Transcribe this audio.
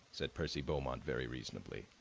said percy beaumont very reasonably.